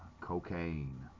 Cocaine